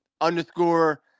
underscore